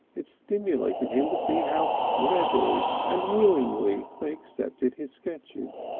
it stimulated him to see how readily and willingly they accepted his sketches.